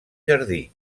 jardí